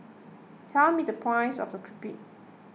tell me the price of the Crepe